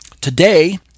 Today